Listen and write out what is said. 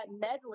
medley